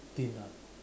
thin ah